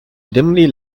dimly